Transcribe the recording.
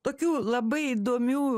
tokių labai įdomių